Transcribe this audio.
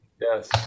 Yes